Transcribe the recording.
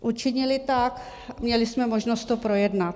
Učinili tak, měli jsme možnost to projednat.